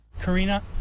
Karina